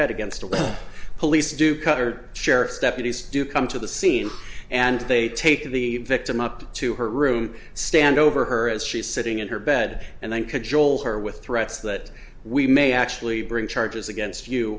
head against a well police do cut or sheriff's deputies do come to the scene and they take the victim up to her room stand over her as she's sitting in her bed and then cajole her with threats that we may actually bring charges against you